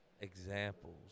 examples